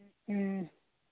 ও